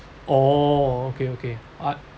oh okay okay I